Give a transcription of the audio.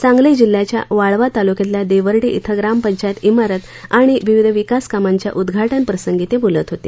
सांगली जिल्ह्याच्या वाळवा तालुक्यातल्या देवर्डे इथं ग्रामपंचायत इमारत आणि विविध विकास कामांच्या उद्घाटन प्रसंगी ते बोलत होते